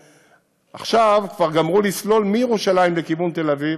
עכשיו כבר גמרו לסלול מירושלים לכיוון תל אביב.